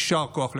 יישר כוח לכולם.